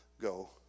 go